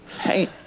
Hey